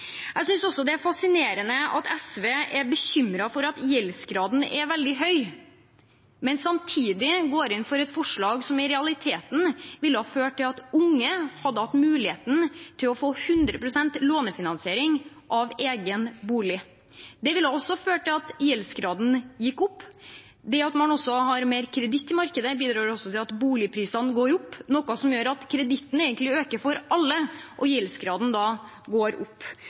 det er fascinerende at SV er bekymret for at gjeldsgraden er veldig høy, men samtidig går inn for et forslag som i realiteten ville ha ført til at unge hadde hatt muligheten til å få 100 pst. lånefinansiering av egen bolig. Det ville også ha ført til at gjeldsgraden gikk opp. Det at man også har mer kreditt i markedet, bidrar også til at boligprisene går opp, noe som gjør at kreditten egentlig øker for alle, og at gjeldsgraden går opp.